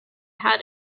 how